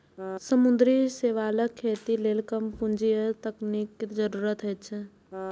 समुद्री शैवालक खेती लेल कम पूंजी आ तकनीक के जरूरत होइ छै